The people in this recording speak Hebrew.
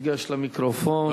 ייגש למיקרופון.